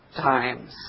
times